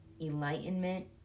enlightenment